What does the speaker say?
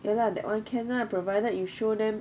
ya lah that [one] can lah provided you show them